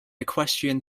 equestrian